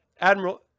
Admiral